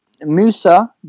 Musa